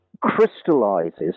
crystallizes